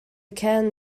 can